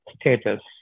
status